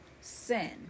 sin